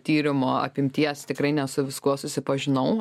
tyrimo apimties tikrai ne su viskuo susipažinau